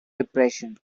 depression